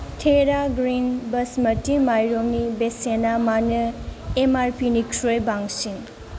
तेरा ग्रिन बास्मति माइरंनि बेसेना मानो एम आर पि निख्रुइ बांसिन